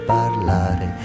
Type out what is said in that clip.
parlare